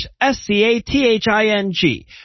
S-C-A-T-H-I-N-G